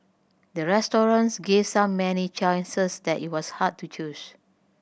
the restaurant gave so many choices that it was hard to choose